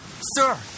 Sir